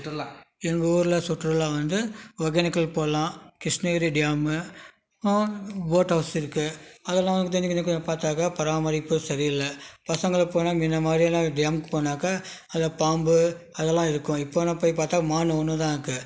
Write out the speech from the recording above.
சுற்றுலா எங்கள் ஊர்ல சுற்றுலா வந்து ஒகேனக்கல் போகலாம் கிருஷ்ணகிரி டேம்மு போட் ஹவுஸ் இருக்குது அதெல்லாம் வந்துட்டு வந்து பார்த்தாக்கா பராமரிப்பு சரியில்லை பசங்கள்லாம் போனால் முன்ன மாதிரி எல்லாம் டேம்க்கு போனாக்கா அதில் பாம்பு அதெல்லாம் இருக்கும் இப்போல்லாம் போய் பார்த்தா மான் ஒன்று தான் இருக்குது